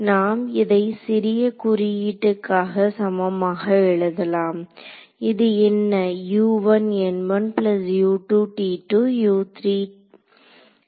நாம் இதை சிறிய குறியீட்டுக்கு சமமாக எழுதலாம் இது என்ன